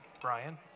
Brian